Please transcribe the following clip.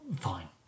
Fine